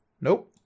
Nope